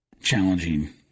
challenging